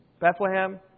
Bethlehem